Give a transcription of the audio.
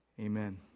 amen